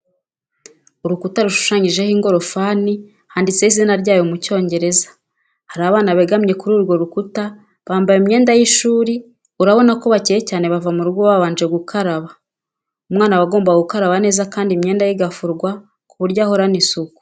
Urukuta rushushanyijeho ingorofani handitseho izina ryayo mu Cyongereza, hari abana begamye kuri urwo rukuta bambaye imyenda y'ishuri urabona ko bacyeye cyane bava mu rugo babanje gukaraba. Umwana aba agomba gukaraba neza kandi imyenda ye igafurwa ku buryo ahorana isuku.